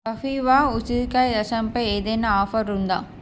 కపీవ ఉసిరికాయ రసం పై ఏదైనా ఆఫర్ ఉందా